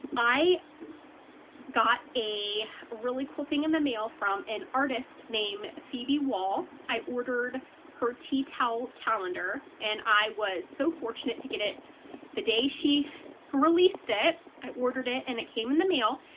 i got a really cool thing in the mail from an artist named phoebe wahl. i ordered her tea towel calendar, and i was so fortunate to get it the day she released it. i ordered it and it came in the mail,